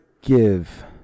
give